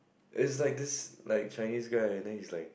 is like this like Chinese guy and then it's like